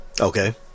Okay